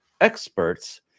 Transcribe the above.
experts